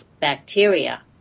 bacteria